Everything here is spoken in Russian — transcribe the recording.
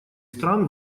стран